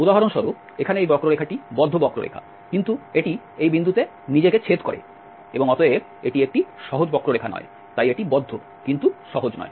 উদাহরণস্বরূপ এখানে এই বক্ররেখাটি বদ্ধ বক্ররেখা কিন্তু এটি এই বিন্দুতে নিজেকে ছেদ করে এবং অতএব এটি একটি সহজ বক্ররেখা নয় তাই এটি বদ্ধ কিন্তু সহজ নয়